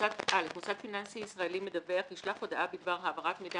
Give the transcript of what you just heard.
מוסד פיננסי ישראלי מדווח ישלח הודעה בדבר העברת מידע